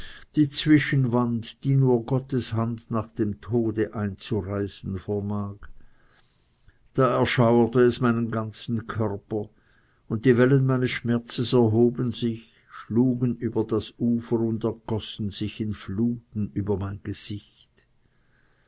die zwischenwand die nur gottes hand nach dem tode einzureißen vermag da durchschauerte es meinen ganzen körper und die wellen meines schmerzes erhoben sich schlugen über das ufer und ergossen sich in fluten über mein gesicht